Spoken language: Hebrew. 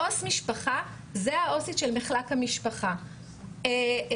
עו"ס משפחה היא העו"סית של מחלק המשפחה החדש.